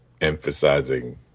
emphasizing